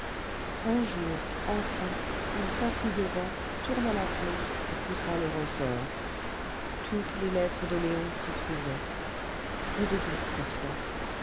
un jour enfin il s'assit devant tourna la clef et poussa le ressort toutes les lettres de léon s'y trouvaient plus de doute cette fois